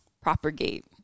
propagate